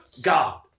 God